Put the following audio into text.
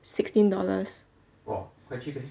sixteen dollars